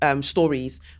stories